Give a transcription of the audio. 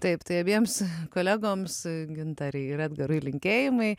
taip tai abiems kolegoms gintarei ir edgarai linkėjimai